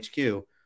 HQ